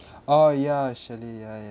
ah ya chalet ya ya